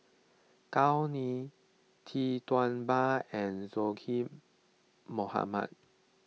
Gao Ning Tee Tua Ba and Zaqy Mohamad